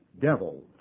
devils